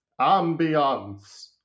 ambiance